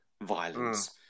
violence